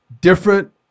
different